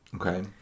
Okay